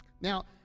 Now